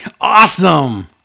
Awesome